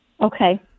Okay